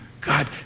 God